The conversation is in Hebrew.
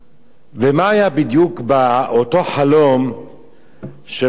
ומה היה בדיוק באותו חלום של פרעה?